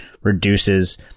reduces